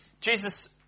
Jesus